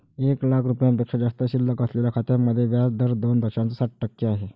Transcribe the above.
एक लाख रुपयांपेक्षा जास्त शिल्लक असलेल्या खात्यांमध्ये व्याज दर दोन दशांश सात टक्के आहे